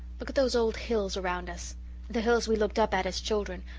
look at those old hills around us the hills we looked up at as children,